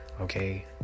okay